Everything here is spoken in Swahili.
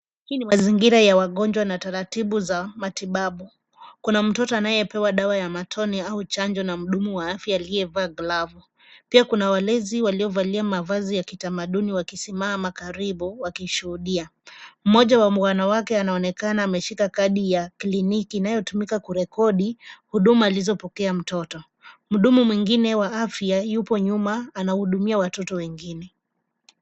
Hii ni mazingira ya wagonjwa na taratibu za matibabu. Kuna mtoto anayepewa dawa ya matone au chanjo na mhudumu wa afya aliyevaa glavu. Pia kuna walezi waliovalia mavazi ya kitamaduni wakisimama karibu wakishuhudia. Mmoja wa wanawake anaonekana ameshika kadi ya kliniki inayotumika kurekodi huduma alizopokea mtoto. Mhudumu mwingine wa afya yupo nyuma anahudumia watoto wengine.